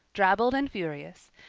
drabbled and furious,